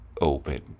open